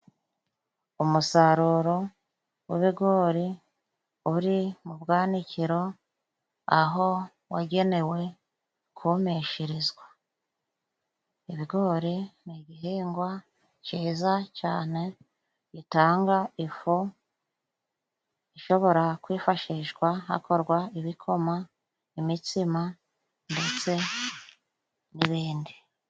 Umusaruro w' ibigori uri mu bwanikiro aho wagenewe kumishirizwa, ibigori ni igihingwa ciza cane, gitanga ifu ishobora kwifashishwa hakorwa ibikoma imitsima ndetse n'ibindi.